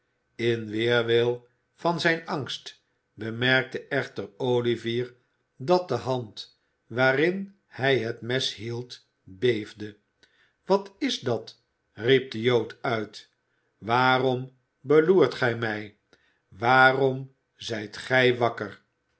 in weerwil van zijn angst bemerkte echter olivier dat de hand waarin hij het mes hield beefde wat is dat riep de jood uit waarom beloert gij mij waarom zijt gij wakker